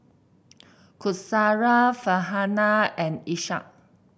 Qaisara Farhanah and Ishak